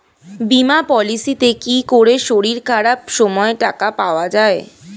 বীমা পলিসিতে কি করে শরীর খারাপ সময় টাকা পাওয়া যায়?